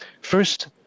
first